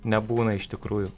nebūna iš tikrųjų